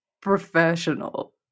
Professional